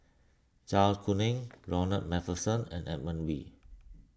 Zai Kuning Ronald MacPherson and Edmund Wee